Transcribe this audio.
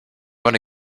wanna